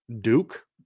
Duke